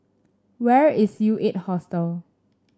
where is U Eight Hostel